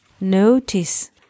notice